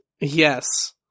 Yes